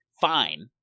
fine